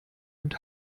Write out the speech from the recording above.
und